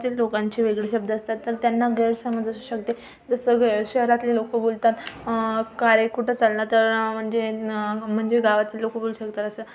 तील लोकांचे वेगळे शब्द असतात तर त्यांना गैरसमज असू शकते जसं गैर शहरातली लोक बोलतात कारे कुटं चालला तर म्हणजे नं म्हणजे गावातील लोक बोलू शकतात असं